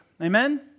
Amen